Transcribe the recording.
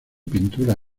pinturas